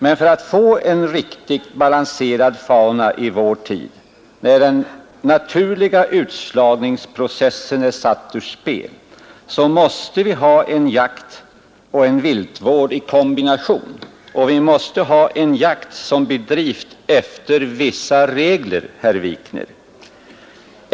Men för att få en riktigt balanserad fauna i vår tid, när den naturliga utslagningsprocessen är satt ur spel, måste vi ha en kombination av jakt och viltvård, och jakten måste bedrivas efter vissa regler, herr Wikner.